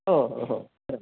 हो हो हो खरं